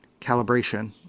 calibration